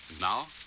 now